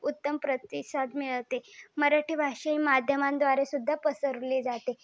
उत्तम प्रतिसाद मिळत आहे मराठी भाषा ही माध्यमांद्वारे सुद्धा पसरली जाते